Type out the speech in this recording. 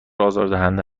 آزاردهنده